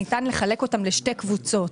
ניתן לחלק אותם לשתי קבוצות: